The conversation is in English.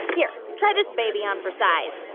here, try this baby on for size